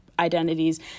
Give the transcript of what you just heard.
identities